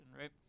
right